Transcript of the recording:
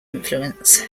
influence